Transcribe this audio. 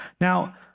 Now